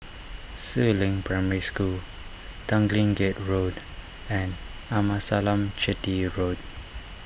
Si Ling Primary School Tanglin Gate Road and Amasalam Chetty Road